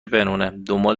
پنهونه، دنبال